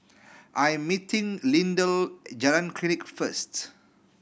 I'm meeting Lindell at Jalan Klinik first